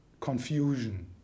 confusion